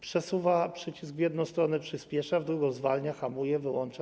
Przesuwa przycisk w jedną stronę - przyspiesza, w drugą - zwalnia, hamuje, wyłącza.